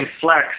Flex